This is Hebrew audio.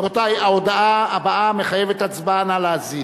רבותי, ההודעה הבאה מחייבת הצבעה, נא להאזין.